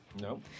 No